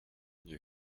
you